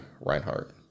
reinhardt